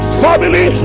family